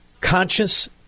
conscious